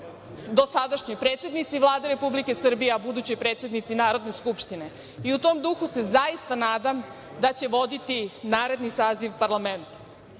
dosadašnjoj predsednici Vlade Republike Srbije, a budućoj predsednici Narodne skupštine i u tom duhu se zaista nadam da će voditi naredni saziv parlamenta. Bilo